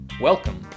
Welcome